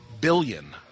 billion